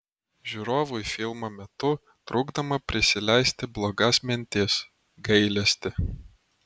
žiūrovui filmo metu trukdoma prisileisti blogas mintis gailestį